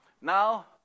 now